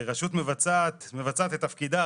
רשות מבצעת מבצעת את תפקידה,